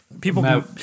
People